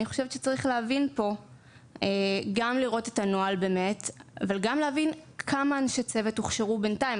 אני חושבת שצריך לראות את הנוהל ולהבין כמה אנשי צוות הוכשרו בינתיים.